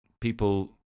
people